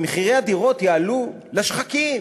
ומחירי הדירות יעלו לשחקים,